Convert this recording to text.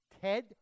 Ted